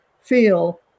feel